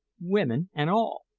women and all!